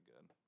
good